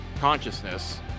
consciousness